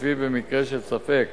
שלפיו במקרה של ספק